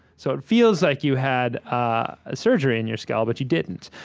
so it feels like you had ah surgery in your skull, but you didn't.